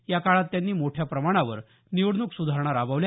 या काळात त्यांनी मोठ्या प्रमाणावर निवडणूक सुधारणा राबवल्या